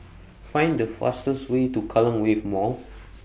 Find The fastest Way to Kallang Wave Mall